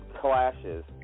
clashes